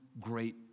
great